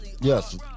yes